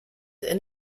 and